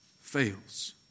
fails